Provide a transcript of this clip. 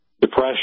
depression